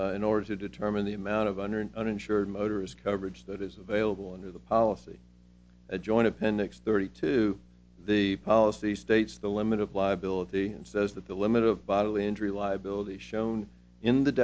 person in order to determine the amount of under an uninsured motorist coverage that is available under the policy a joint appendix thirty two the policy states the limit of liability and says that the limit of bodily injury liability shown in the